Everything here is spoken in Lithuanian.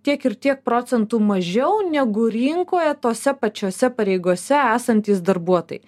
tiek ir tiek procentų mažiau negu rinkoje tose pačiose pareigose esantys darbuotojai